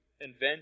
invent